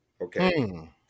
Okay